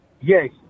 Yes